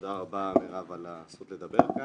תודה רבה, מירב, על הזכות לדבר כאן.